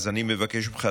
אז אני מבקש ממך,